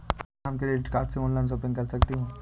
क्या हम credit card से ऑनलाइन शॉपिंग कर सकते हैं?